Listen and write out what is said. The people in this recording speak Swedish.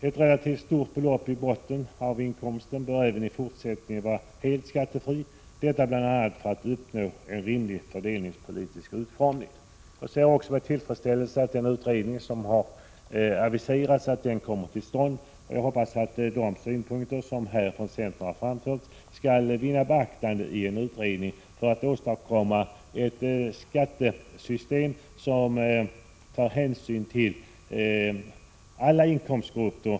Ett relativt stort belopp i botten av inkomsten bör även i fortsättningen vara helt skattefritt, bl.a. för att uppnå en rimlig fördelningspolitisk utformning. Jag ser också med tillfredsställelse att den utredning som har aviserats kommit till stånd. Jag hoppas att de synpunkter som centern framfört skall vinna beaktande i en utredning, så att vid en framtida utformning av ett skattesystem hänsyn kan tas till alla inkomstgrupper.